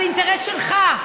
זה אינטרס שלך,